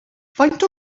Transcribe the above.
faint